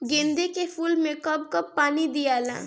गेंदे के फूल मे कब कब पानी दियाला?